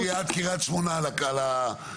עוד שנייה קריית שמונה על הזום.